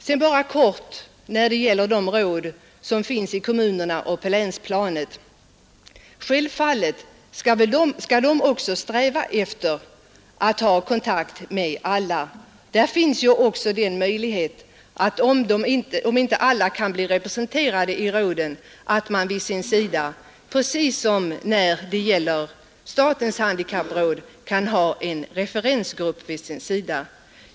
Sedan några få ord när det gäller de råd som finns i kommunerna och på länsplanet. Självfallet skall de också hålla kontakt med alla handikapporganisationer. Om inte alla kan bli representerade i råden, finns där också den möjligheten att man precis som när det gäller statens handikappråd kan ha en referensgrupp vid sin sida.